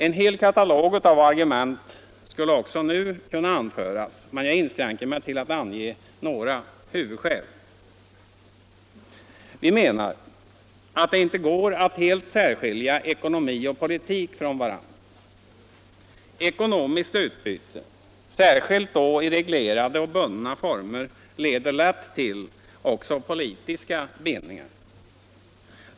En hel katalog av argument skulle också nu kunna anföras, men jag inskränker mig till att ange några huvudskäl. Vi menar att det inte går att helt särskilja ekonomi och politik från varandra. Ekonomiskt utbyte, särskilt då i reglerade och bundna former, leder lätt till också politiska bindningar.